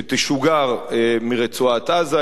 שתשוגר מרצועת-עזה.